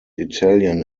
italian